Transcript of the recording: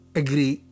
agree